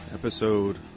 episode